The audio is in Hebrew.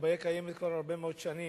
הבעיה קיימת כבר הרבה מאוד שנים,